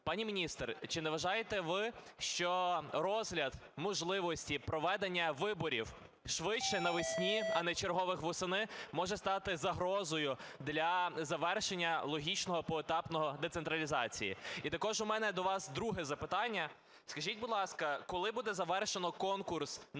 Пані міністр, чи не вважаєте ви, що розгляд можливості проведення виборів швидше на весні, а не чергових восени, може стати загрозою для завершення логічно і поетапно децентралізації? І також у мене до вас друге запитання. Скажіть, будь ласка, коли буде завершено конкурс на